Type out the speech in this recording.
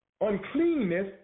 Uncleanness